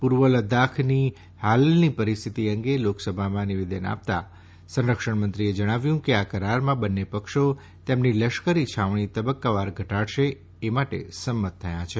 પૂર્વ લદ્દાખની હાલની પરિસ્થિતિ અંગે લોકસભામાં નિવેદન આપતાં સંરક્ષણમંત્રીએ જણાવ્યું કે આ કરારમાં બંને પક્ષો તેમની લશ્કરી છાવણી તબક્કાવાર ઘટાડશે એ માટે સંમત થયા છે